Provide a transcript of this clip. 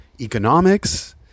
economics